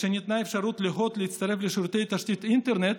כשניתנה אפשרות להוט להצטרף לשירותי תשתית האינטרנט,